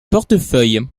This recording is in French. portefeuille